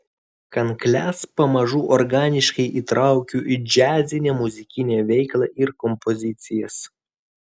kankles pamažu organiškai įtraukiu į džiazinę muzikinę veiklą ir kompozicijas